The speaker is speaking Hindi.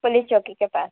पुलिस चौकी के पास